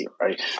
right